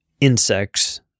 insects